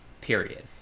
period